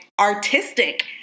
artistic